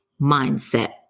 mindset